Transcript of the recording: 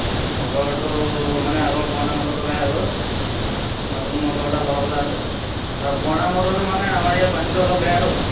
মটৰটো মানে আগৰ পুৰণা মটৰটো বেয়া হৈ গ'ল নতুন মটৰ এটা লগাবলে আছে আৰু পুৰণা মটৰটো মানে আমাৰ ইয়াত পানীটো অলপ বেয়াটো